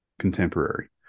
contemporary